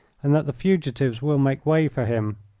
and that the fugitives will make way for him.